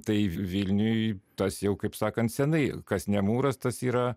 tai vilniuj tas jau kaip sakant senai kas ne mūras tas yra